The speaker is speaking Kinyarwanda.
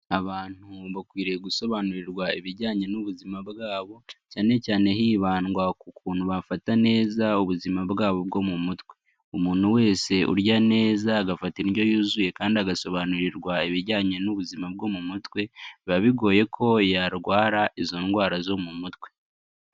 Abantu bakwiriye gusobanurirwa ibijyanye n'ubuzima bwabo, cyane cyane hibandwa ku kuntu bafata neza ubuzima bwabo bwo mu mutwe, umuntu wese urya neza agafata indyo yuzuye kandi agasobanurirwa ibijyanye n'ubuzima bwo mu mutwe, biba bigoye ko yarwara izo ndwara zo mu mutwe.